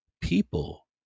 people